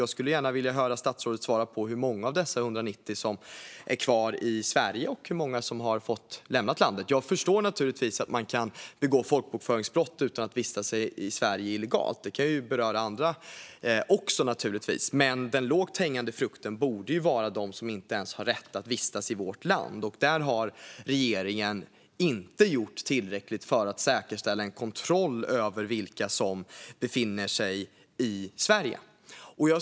Jag skulle gärna vilja höra statsrådet svara på hur många av dessa 190 som är kvar i Sverige och hur många som har fått lämna landet. Jag förstår förstås att man kan begå folkbokföringsbrott utan att vistas i Sverige illegalt; det kan ju beröra andra också. Men den lågt hängande frukten här borde vara de som inte ens har rätt att vistas i vårt land. Där har regeringen inte gjort tillräckligt för att säkerställa kontroll över vilka som befinner sig i Sverige.